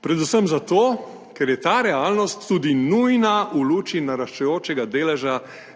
predvsem zato, ker je ta realnost tudi nujna v luči naraščajočega deleža